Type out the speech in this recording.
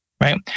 right